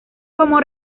como